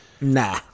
Nah